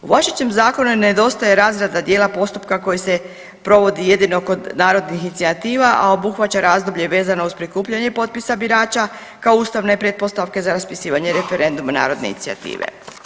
U važećem zakonu nedostaje razrada dijela postupka koji se provodi jedino kod narodnih inicijativa, a obuhvaća razdoblje vezano uz prikupljanje potpisa birača kao ustavne pretpostavke za raspisivanje referenduma narodne inicijative.